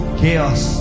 chaos